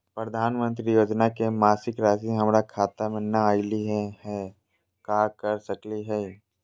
प्रधानमंत्री योजना के मासिक रासि हमरा खाता में नई आइलई हई, का कर सकली हई?